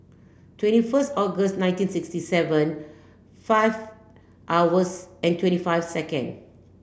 twenty first August nineteen sixty seven five hours and twenty five second